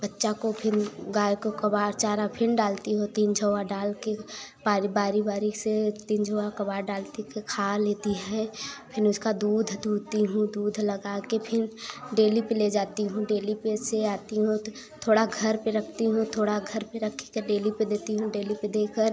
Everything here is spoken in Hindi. बच्चा को फिर गाय को कबार चारा फिर डालती हूँ तीन झौव्वा डाल कर बारी बारी बारी से तीन झौव्वा कबार डालती फिर खा लेती है फिर उसका दूध दूहती हूँ दूध लगा कर फिर डेली पर ले जाती हूँ डेली पर से आती हूँ तो थोड़ा घर पर रखती हूँ थोड़ा घर पर रख के डेली पर देती हूँ डेली पर देकर